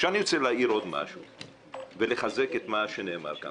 אני רוצה לחזק את מה שנאמר כאן.